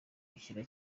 bishyize